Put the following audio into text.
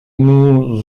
nous